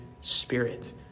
spirit